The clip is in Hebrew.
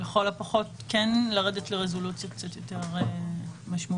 לכל הפחות כן לרדת לרזולוציה קצת יותר משמעותית.